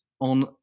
on